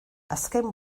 azken